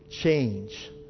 change